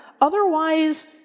otherwise